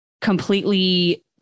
completely